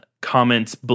comments